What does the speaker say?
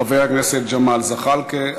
חבר הכנסת ג'מאל זחאלקה.